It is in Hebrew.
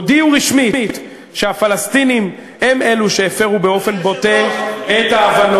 הודיעו רשמית שהפלסטינים הם אלו שהפרו באופן בוטה את ההבנות.